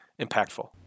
impactful